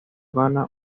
gana